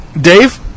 Dave